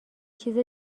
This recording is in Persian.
چیز